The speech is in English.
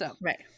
Right